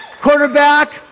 quarterback